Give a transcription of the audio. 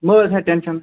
مہ حظ ہےٚ ٹینشَن